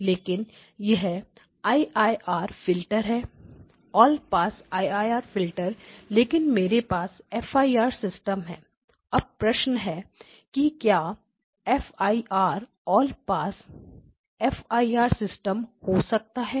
लेकिन यह I I R filter है all pass I I R filter लेकिन मेरे पास fir सिस्टम है अब प्रश्न यह है कि क्या F I R system all pass F I R system हो सकता है